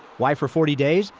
why for forty days?